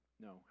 No